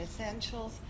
Essentials